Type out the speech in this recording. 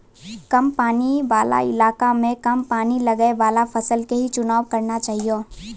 कम पानी वाला इलाका मॅ कम पानी लगैवाला फसल के हीं चुनाव करना चाहियो